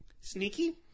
Sneaky